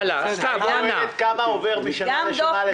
תגיד כמה עובר משנה לשנה לטובת האוצר.